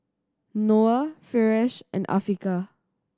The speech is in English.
Noah Firash and Afiqah